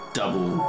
double